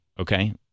Okay